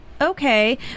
okay